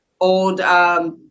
old